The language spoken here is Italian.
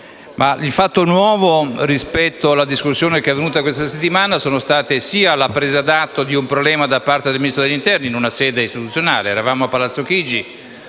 Il fatto nuovo rispetto alla discussione che è avvenuta questa settimana è rappresentato innanzitutto dalla presa d'atto di un problema da parte del Ministro dell'interno in una sede istituzionale: eravamo a Palazzo Chigi,